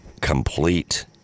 complete